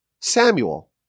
Samuel